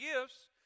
gifts